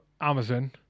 Amazon